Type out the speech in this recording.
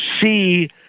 see